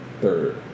Third